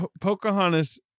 Pocahontas